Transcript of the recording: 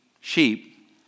sheep